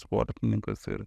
sportininkas ir